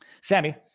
Sammy